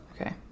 Okay